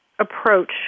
approach